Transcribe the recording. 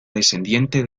descendiente